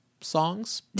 songs